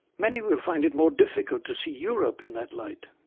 many will find it more difficult to see europe in that light.